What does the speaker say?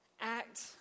act